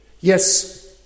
Yes